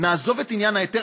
נעזוב את עניין ההיתר,